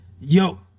Yo